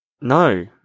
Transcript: No